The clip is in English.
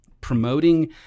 Promoting